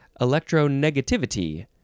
Electronegativity